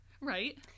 right